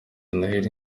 noheli